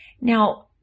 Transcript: Now